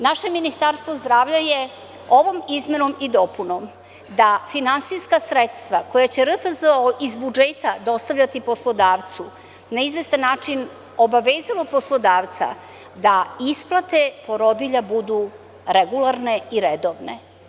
Naše Ministarstvo zdravlja je ovom izmenom i dopunom da finansijska sredstva koja će RFZO iz budžeta dostavljati poslodavcu na izvestan način obavezalo poslodavca da isplate porodilja budu regularne i redovne.